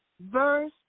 verse